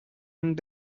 and